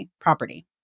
property